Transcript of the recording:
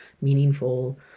meaningful